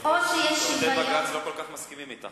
שופטי בג"ץ לא כל כך מסכימים אתך.